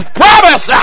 promise